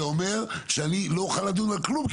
זה אומר שאני לא אוכל לדון על כלום,